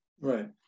Right